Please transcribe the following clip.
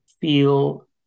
feel